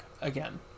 again